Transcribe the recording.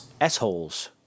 S-holes